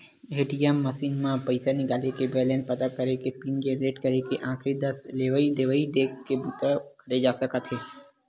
ATM machine म पइसा निकाले के, बेलेंस पता करे के, पिन जनरेट करे के, आखरी दस लेवइ देवइ देखे के बूता करे जा सकत हे